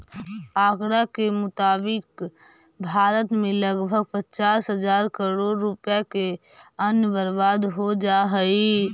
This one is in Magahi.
आँकड़ा के मुताबिक भारत में लगभग पचास हजार करोड़ रुपया के अन्न बर्बाद हो जा हइ